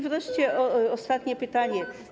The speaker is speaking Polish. Wreszcie ostatnie pytanie.